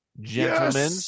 gentlemen